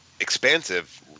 expansive